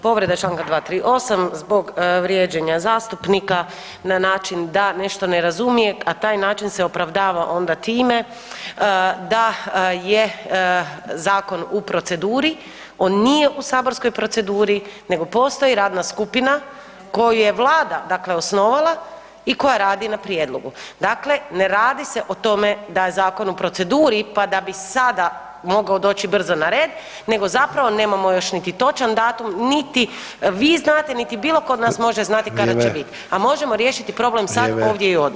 Povreda čl. 238. zbog vrijeđanja zastupnika, na način da nešto ne razumije, a taj način se opravdava onda time da je zakon u proceduri, on nije u saborskoj proceduri, nego postoji radna skupina koju je Vlada, dakle, osnovala i koja radi na prijedlogu, dakle ne radi se o tome da je zakon u proceduri, pa da bi sada mogao doći brzo na red, nego zapravo nemamo još niti točan datum, niti vi znate, niti bilo tko od nas može znati kada će biti [[Upadica: Vrijeme.]] a možemo riješiti problem sad [[Upadica: Vrijeme.]] ovdje i odmah.